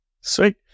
Sweet